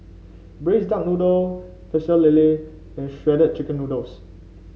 Braised Duck Noodle Pecel Lele and Shredded Chicken Noodles